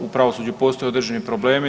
U pravosuđu postoje određeni problemi.